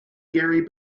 gary